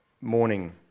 morning